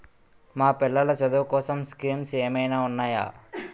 మా పిల్లలు చదువు కోసం స్కీమ్స్ ఏమైనా ఉన్నాయా?